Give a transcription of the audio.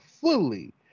fully